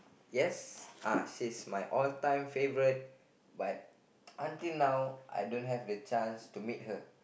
yes uh she's my all time favorite but until now I don't have the chance to meet her